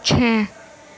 چھ